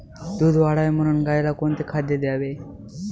दूध वाढावे म्हणून गाईला कोणते खाद्य द्यावे?